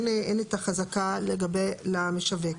אין את החזקה לגבי, למשווק.